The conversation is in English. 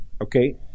okay